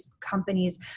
companies